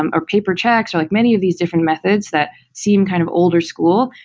um or paper checks, or like many of these different methods that seem kind of older school.